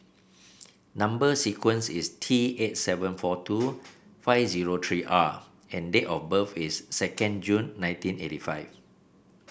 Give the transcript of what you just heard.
number sequence is T eight seven four two five zero three R and date of birth is second June nineteen eighty five